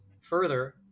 further